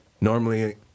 Normally